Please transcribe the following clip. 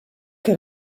que